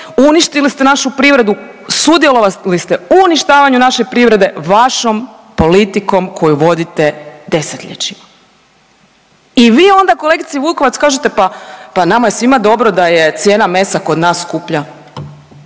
uništili ste našu privredu, sudjelovali ste u uništavanju naše privrede vašom politikom koju vodite 10-ljećima i vi onda kolegici Vukovac kažete pa, pa nama je svima dobro da je cijena mesa kod nas skuplja,